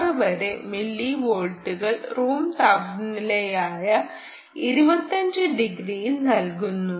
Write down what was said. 6 വരെ മില്ലിവോൾട്ടുകൾ റൂം താപനിലയായ 25 ഡിഗ്രീയിൽ നൽകുന്നു